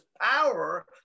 power